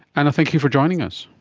anna, thank you for joining us.